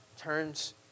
turns